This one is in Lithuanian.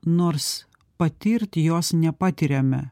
nors patirti jos nepatiriame